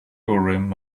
urim